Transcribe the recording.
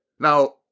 Now